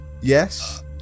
yes